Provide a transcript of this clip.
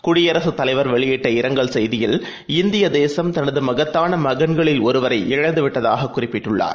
குடியரசுதலைவர்வெளியிட்டஇரங்கல்செய்தியில் இந்தியதேசம்தனதுமகத்தானமகன்களில்ஒருவரைஇழந்துவிட்டதாகக்குறிப்பிட் டுள்ளார்